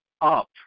up